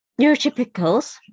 neurotypicals